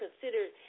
considered